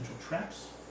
traps